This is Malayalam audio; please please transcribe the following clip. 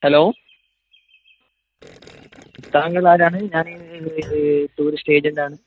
ഹലോ താങ്കൾ ആരാണ് ഞാൻ ഇത് ടൂറിസ്റ്റ് ഏജൻ്റ് ആണ്